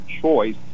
choice